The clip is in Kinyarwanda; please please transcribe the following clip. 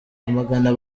amagana